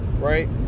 right